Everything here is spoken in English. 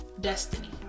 destiny